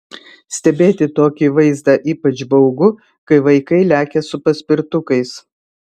stebėti tokį vaizdą ypač baugu kai vaikai lekia su paspirtukais